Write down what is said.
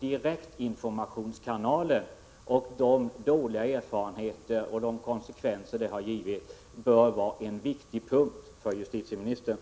Direktinformationskanalen och de dåliga erfarenheterna och konsekvenserna därav bör vara en viktig punkt för justitieministern.